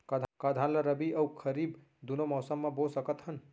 का धान ला रबि अऊ खरीफ दूनो मौसम मा बो सकत हन?